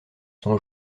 sont